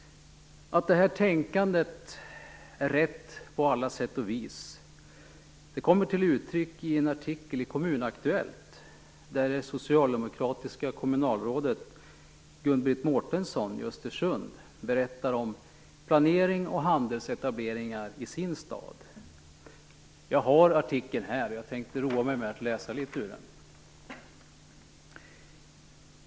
Att detta tänkande är rätt på alla sätt och vis kommer till uttryck i en artikel i Kommun-Aktuellt där det socialdemokratiska kommunalrådet Gun-Britt Mårtensson i Östersund berättar om planering och handelsetableringar i sin stad. Jag har artikeln här, och jag tänkte roa mig med att läsa litet ur den.